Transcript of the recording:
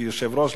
כיושב-ראש,